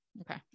okay